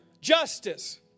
justice